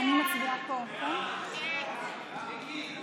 ההצעה להעביר את הצעת חוק הכנסת (תיקון מס'